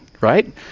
right